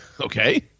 Okay